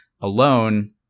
alone